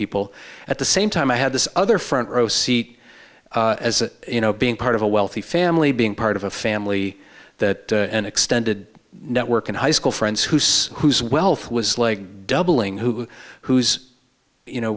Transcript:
people at the same time i had this other front row seat as you know being part of a wealthy family being part of a family that an extended network and high school friends whose whose wealth was like doubling who whose you know